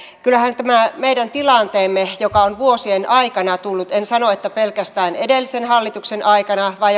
kyllähän tämä meidän tilanteemme joka on vuosien aikana tullut en sano että pelkästään edellisen hallituksen aikana vaan